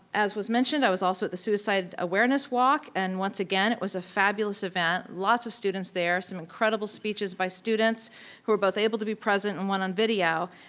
as was mentioned i was also at the suicide awareness walk, and once again it was a fabulous event. lots of students there, some incredible speeches by students who were both able to be present and one on video,